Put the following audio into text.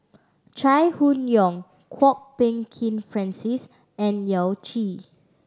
Chai Hon Yoong Kwok Peng Kin Francis and Yao Zi